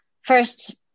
first